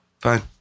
Fine